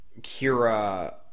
Kira